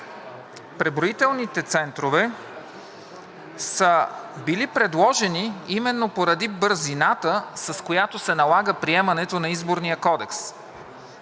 преброителните центрове са били предложени именно поради бързината, с която се налага приемането на Изборния кодекс.